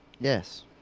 Yes